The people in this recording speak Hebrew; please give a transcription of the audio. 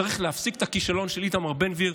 צריך להפסיק את הכישלון של איתמר בן גביר,